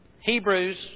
Hebrews